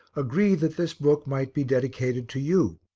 agreed that this book might be dedicated to you,